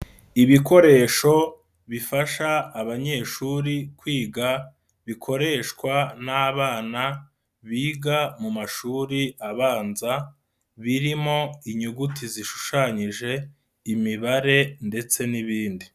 Ibikoresho bifasha abanyeshuri kwiga bikoreshwa n'abana biga mu mashuri abanza birimo: inyuguti zishushanyije, imibare ndetse n'ibindi.